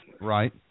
Right